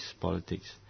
politics